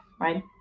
right